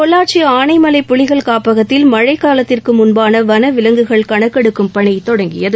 பொள்ளாச்சி ஆனைமலை புலிகள் காப்பகத்தில் மழை காலத்திற்கு முன்பான வன விலங்குகள் கணக்கெடுக்கும் பணி தொடங்கியது